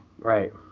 Right